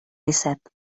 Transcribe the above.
disset